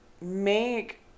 make